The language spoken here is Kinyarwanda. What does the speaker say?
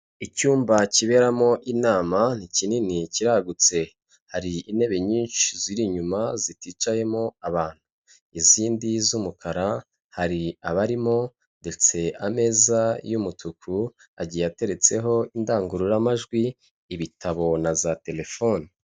Icyumba kiberamo inama ni kinini kiragutse, hari intebe nyinshi ziri inyuma ziticayemo abantu. Izindi z'umukara, hari abarimo, ndetse ameza y'umutuku agiye ateretseho indangururamajwi, ibitabo na za terefone.